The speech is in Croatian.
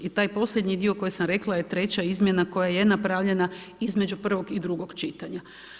I taj posljednji dio koji sam rekla je treća izmjena koja je napravljena između prvog i drugog čitanja.